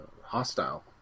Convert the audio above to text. hostile